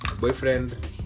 boyfriend